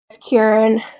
kieran